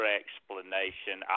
explanation